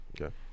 Okay